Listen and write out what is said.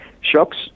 Shocks